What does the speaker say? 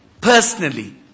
personally